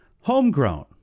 Homegrown